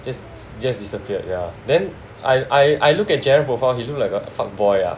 just disappeared ya then I I look at Geron profile he looked like a fuck boy ah